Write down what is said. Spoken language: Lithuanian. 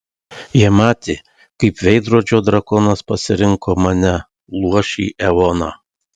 jie matė kaip veidrodžio drakonas pasirinko mane luošį eoną